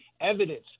Evidence